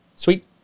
Sweet